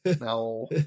No